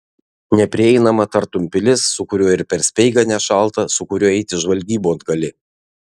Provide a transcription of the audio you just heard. neprieinamą tartum pilis su kuriuo ir per speigą nešalta su kuriuo eiti žvalgybon gali